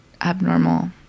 abnormal